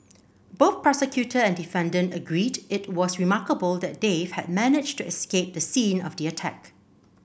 both prosecutor and defendant agreed it was remarkable that Dave had managed to escape the scene of the attack